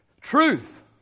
Truth